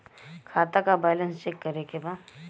खाता का balance check करे के बा?